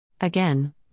Again